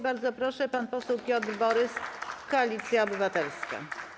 Bardzo proszę, pan poseł Piotr Borys, Koalicja Obywatelska.